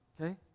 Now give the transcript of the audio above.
okay